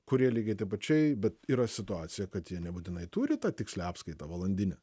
kurie lygiai tai pačiai bet yra situacija kad jie nebūtinai turi tą tikslią apskaitą valandinę